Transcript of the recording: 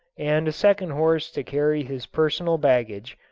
and a second horse to carry his personal baggage,